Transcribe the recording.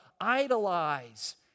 idolize